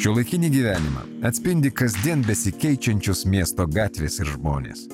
šiuolaikinį gyvenimą atspindi kasdien besikeičiančios miesto gatvės ir žmonės